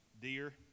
dear